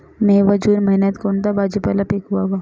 मे व जून महिन्यात कोणता भाजीपाला पिकवावा?